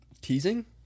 Teasing